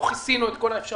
לא כיסינו את כל האפשרות,